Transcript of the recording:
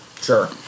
sure